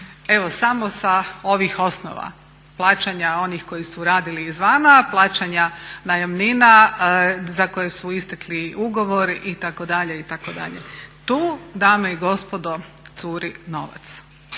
evo samo sa ovih osnova plaćanja onih koji su radili izvana, plaćanja najamnina za koje su istekli ugovori itd., itd. Tu dame i gospodo curi novac.